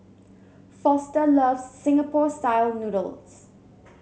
foster loves Singapore style noodles